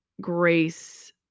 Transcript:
Grace